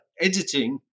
editing